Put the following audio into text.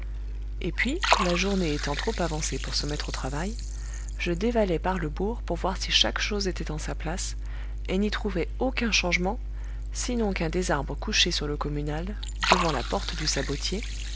et puis la journée étant trop avancée pour se mettre au travail je dévallai par le bourg pour voir si chaque chose était en sa place et n'y trouvai aucun changement sinon qu'un des arbres couchés sur le communal devant la porte du sabotier